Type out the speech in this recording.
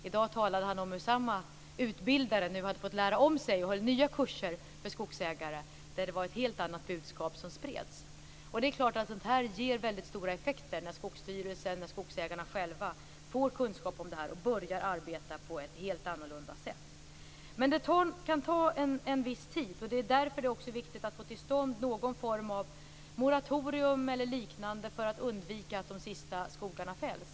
Han talade om hur samma utbildare i dag hade fått lära om och nu höll nya kurser för skogsägare. Det var ett helt annat budskap som spreds. Det är klart att det ger effekt när Skogsstyrelsen och skogsägarna själva får kunskap om det här och börjar arbeta på ett helt annat sätt. Men det kan ta en viss tid. Därför är det också viktigt att få till stånd någon form av moratorium eller liknande för att undvika att de sista skogarna fälls.